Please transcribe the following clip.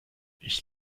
ich